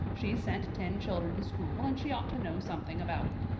she's sent ten children to school and she ought to know something about it.